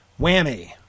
whammy